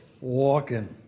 Walking